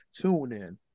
TuneIn